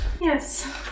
Yes